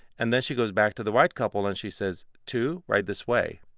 and then, she goes back to the white couple, and she says, two? right this way.